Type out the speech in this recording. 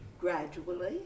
gradually